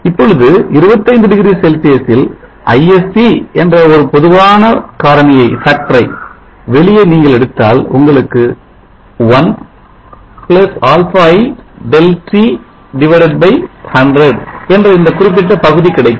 இப்பொழுது 25 டிகிரி செல்சியஸில் ISC என்ற ஒரு பொதுவான காரணியை வெளியே நீங்கள் எடுத்தால் உங்களுக்கு 1αi ΔT100 என்ற இந்த குறிப்பிட்ட பகுதி கிடைக்கும்